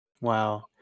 wow